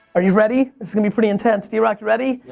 are you ready? this is gonna be pretty intense. drock, ready?